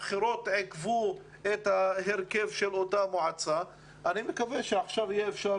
הבחירות עיכבו את ההרכב של אותה מועצה ואני מקווה שעכשיו יהיה אפשר